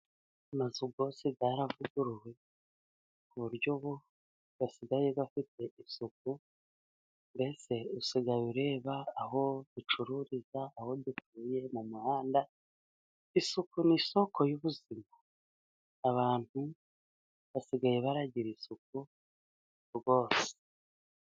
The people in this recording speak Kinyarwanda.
Amazu yose yaravuguruwe, ku buryo ubu asigaye afite isuku, mbese usigaye ureba aho ducururiza, aho dutuye, mu muhanda, isuku ni isoko y'ubuzima. Abantu basigaye bagira isuku rwose.